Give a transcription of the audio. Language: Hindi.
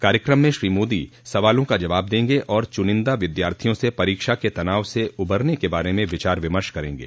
कार्यक्रम मं श्रो मोदी सवालों का जवाब देंगे और चुनिदा विद्यार्थियों से परीक्षा के तनाव स उबरने के बारे में विचार विमर्श करेंगे